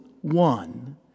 one